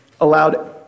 allowed